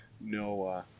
no